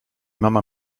mama